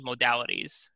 modalities